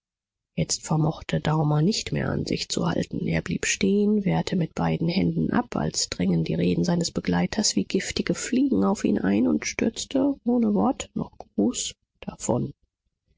jetzt vermochte daumer nicht mehr an sich zu halten er blieb stehen wehrte mit beiden händen ab als drängen die reden seines begleiters wie giftige fliegen auf ihn ein und stürzte ohne wort noch gruß davon